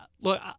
look